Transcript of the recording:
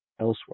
elsewhere